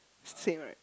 same right